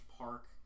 park